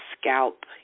scalp